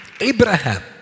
Abraham